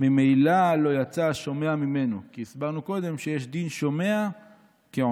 ממילא לא יצא השומע ממנו" כי הסברנו קודם שיש דין שומע כעונה.